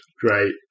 great